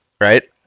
Right